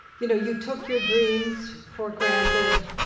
you know you took your dreams for granted,